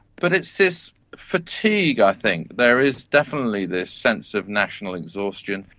but it's this fatigue i think. there is definitely this sense of national exhaustion.